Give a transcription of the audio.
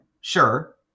sure